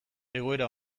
egoera